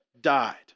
died